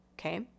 okay